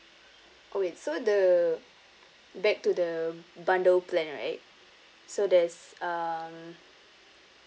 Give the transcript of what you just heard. oh wait so the back to the bundle plan right so there's um